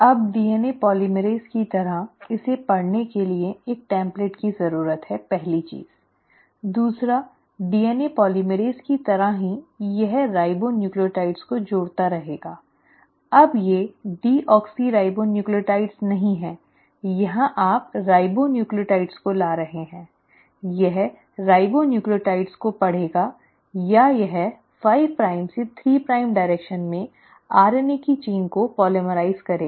अब DNA polymerase की तरह इसे पढ़ने के लिए एक टेम्प्लेट की ज़रूरत है पहली चीज दूसरा डीएनए पोलीमरेज़ की तरह ही यह रिबोन्यूक्लियोटाइड्स को जोड़ता रहेगा अब ये डीऑक्सीराइबोन्यूक्लियोटाइड नहीं हैं यहाँ आप राइबोन्यूक्लियोटाइड को ला रहे हैं यह राइबोन्यूक्लियोटाइड्स को पढ़ेगा या यह 5 प्राइम से 3 प्राइम दिशा में RNA की श्रृंखला को पोलीमराइज़ करेगा